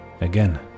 Again